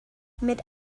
mit